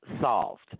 solved